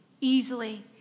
easily